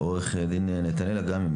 עו"ד נתנאל לאגמי,